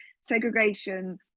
segregation